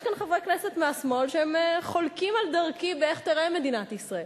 יש כאן חברי כנסת מהשמאל שחולקים על דרכי באיך תיראה מדינת ישראל,